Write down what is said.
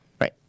right